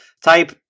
type